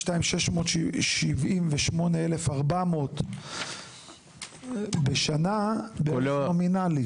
152,678,400 בשנה בערך נומינלי.